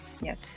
Yes